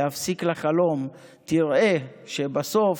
להפסיק לחלום / תראה שבסוף